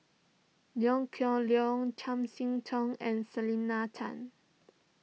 Liew Geok Leong Chiam See Tong and Selena Tan